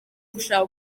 gushaka